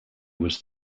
was